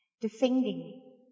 defending